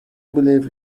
believe